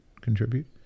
contribute